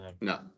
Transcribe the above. No